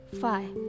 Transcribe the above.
five